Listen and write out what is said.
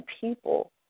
people